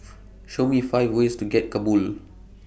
Show Me five ways to get to Kabul